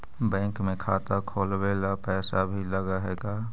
Bank में खाता खोलाबे ल पैसा भी लग है का?